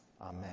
Amen